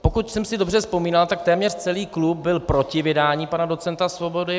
Pokud jsem si dobře vzpomínal, tak téměř celý klub byl proti vydání pana docenta Svobody.